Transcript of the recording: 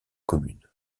commune